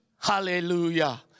Hallelujah